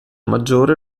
maggiore